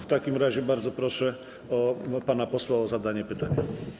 W takim razie bardzo proszę pana posła o zadanie pytania.